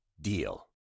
DEAL